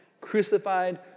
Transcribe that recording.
crucified